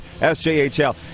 SJHL